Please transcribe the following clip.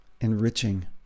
enriching